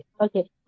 okay